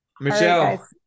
michelle